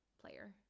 player